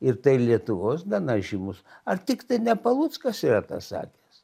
ir tai ir lietuvos gana žymus ar tik tai ne paluckas yra tą sakęs